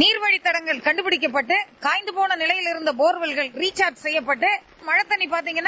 நீர்வழிக் தடங்கள் கண்டுபிடிக்கப்பட்டு காய்ந்தபோன நிலையில் இருந்த போர்வெல்கள் ரீசார்ஜ் செய்யப்பட்டு மழை தண்ணீ பார்த்திங்கள்னா